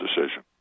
decision